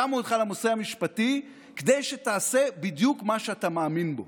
שמו אותך על הנושא המשפטי כדי שתעשה בדיוק מה שאתה מאמין בו,